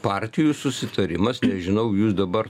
partijų susitarimas nežinau jūs dabar